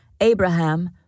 Abraham